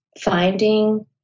finding